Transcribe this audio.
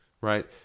right